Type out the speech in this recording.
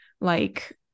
like-